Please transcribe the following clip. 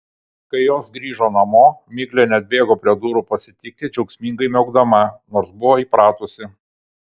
kai jos grįžo namo miglė neatbėgo prie durų pasitikti džiaugsmingai miaukdama nors buvo įpratusi